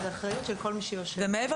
וזו אחריות של כל מי שיושב פה.